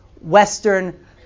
Western